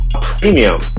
premium